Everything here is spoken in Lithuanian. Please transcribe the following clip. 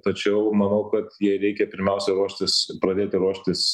tačiau manau kad jai reikia pirmiausia ruoštis pradėti ruoštis